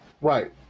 Right